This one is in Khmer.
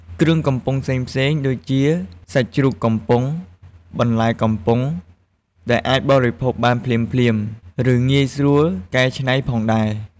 គ្រឿងកំប៉ុងផ្សេងៗ ដូចជា សាច់ជ្រូកកំប៉ុង បន្លែកំប៉ុង ដែលអាចបរិភោគបានភ្លាមៗ ឬងាយស្រួលកែច្នៃផងដែរ។